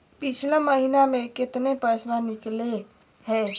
पिछला महिना मे कते पैसबा निकले हैं?